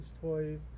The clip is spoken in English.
toys